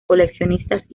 coleccionistas